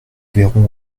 verrons